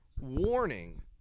warning